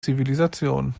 zivilisation